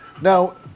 Now